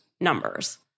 numbers